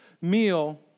meal